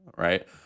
right